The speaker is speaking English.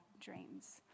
dreams